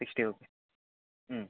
sixty